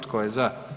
Tko je za?